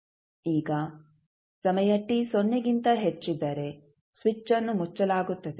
ಈಗ ಸಮಯ t ಸೊನ್ನೆಗಿಂತ ಹೆಚ್ಚಿದ್ದರೆ ಸ್ವಿಚ್ಅನ್ನು ಮುಚ್ಚಲಾಗುತ್ತದೆ